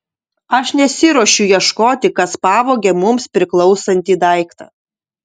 aš nesiruošiu ieškoti kas pavogė mums priklausantį daiktą